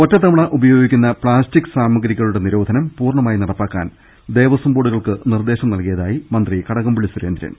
ഒറ്റത്തവണ ഉപയോഗിക്കുന്ന പ്ലാസ്റ്റിക്ട് സാമഗ്രികളുടെ നിരോധനം പൂർണ്ണമായും നടപ്പാക്കാൻ ദേവസ്വം ബോർഡുകൾക്ക് നിർദേശം നൽകിയതായി മന്ത്രി കടകംപള്ളി സുരേന്ദ്രൻ